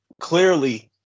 Clearly